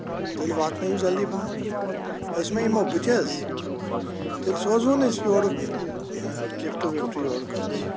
تیٚلہِ واتنٲیِو جلدی پَہم أسۍ مہ یِمو بٔتھہِ حظ تیٚلہِ سوٚزوون أسۍ یورٕ لِفٹ وِفٹ یورُک حظ